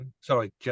Sorry